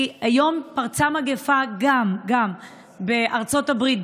כי היום פרצה מגפה גם בארצות הברית,